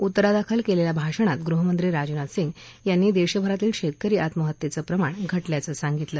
उतरादाखल केलेल्या भाषणात गृहमंत्री राजनाथ सिंग यांना देशभरातील शेतकरी आत्महत्येचे प्रमाण घटल्याचं सांगितलं